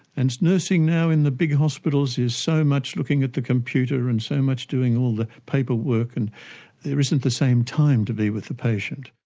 and nursing now in the big hospitals is so much looking at the computer and so much doing all the paperwork, and there isn't the same time to be with the patient.